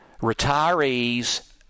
retirees